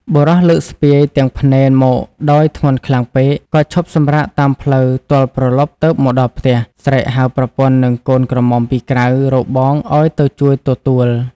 បុរសលើកស្ពាយ ទាំងភ្នែនមកដោយ ធ្ងន់ខ្លាំងពេកក៏ឈប់សំរាកតាមផ្លូវទល់ព្រលប់ទើបមកដល់ផ្ទះ ស្រែកហៅប្រពន្ធនិងកូនក្រមុំពីក្រៅ របងឱ្យទៅជួយទទួល ។